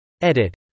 Edit